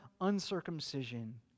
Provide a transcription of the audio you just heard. uncircumcision